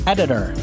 Editor